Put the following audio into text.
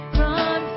run